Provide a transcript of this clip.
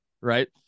Right